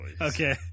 okay